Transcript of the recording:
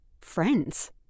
friends